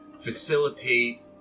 facilitate